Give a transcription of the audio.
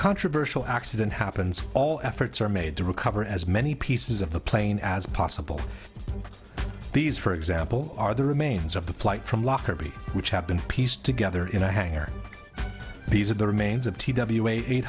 controversial accident happens all efforts are made to recover as many pieces of the plane as possible these for example are the remains of the flight from lockerbie which have been pieced together in a hangar these are the remains of t w a eight